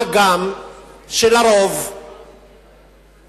מה גם שעל-פי רוב,